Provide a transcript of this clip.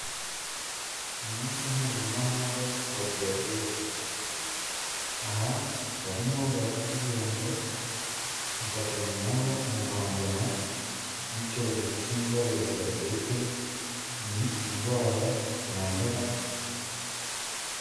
Umunsi mpuzamahanga wa diyabete, aha barimo barakubwira ngo ifatanye na bo mu guhangana n'icyorezo cy'indwara ya diyabete, ni indwara yandura.